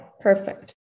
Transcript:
perfect